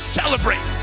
celebrate